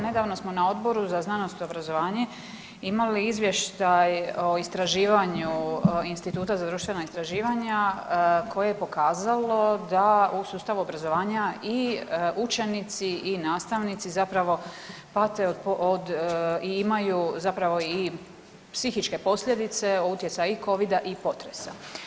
Nedavno smo na Odboru za znanost i obrazovanje imali izvještaj o istraživanju Instituta za društvena istraživanja koje je pokazalo da u sustavu obrazovanja i učenici i nastavnici zapravo pate od i imaju zapravo i psihičke posljedice utjecaja i Covida i potresa.